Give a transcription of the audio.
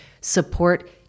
support